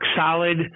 solid